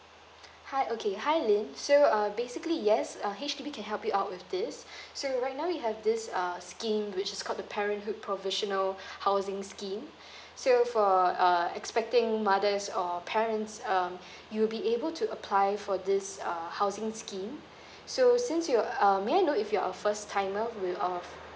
hi okay hi ling so uh basically yes uh H_D_B can help you out with this so right now we have this uh scheme which's called the parenthood provisional housing scheme so for uh expecting mothers or parents um you'll be able to apply for this uh housing scheme so since you um may I know if you're a first timer with of